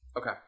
Okay